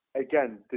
again